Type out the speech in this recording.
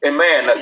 Amen